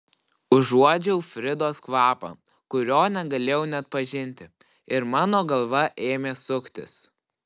užuodžiau fridos kvapą kurio negalėjau neatpažinti ir mano galva ėmė suktis